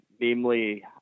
namely